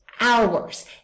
hours